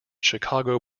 chicago